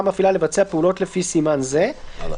המפעילה לבצע פעולות לפי סימן זה." הלאה.